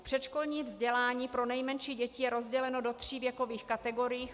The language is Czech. Předškolní vzdělání pro nejmenší děti je rozděleno do tří věkových kategorií.